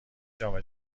جام